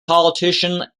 politician